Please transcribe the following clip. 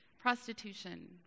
prostitution